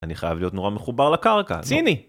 אני חייב להיות נורא מחובר לקרקע. ציני.